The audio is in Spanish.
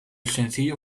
sencillo